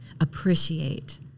appreciate